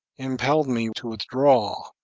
impelled me to withdraw?